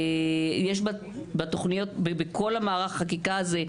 יש בכל מערך החקיקה הזה,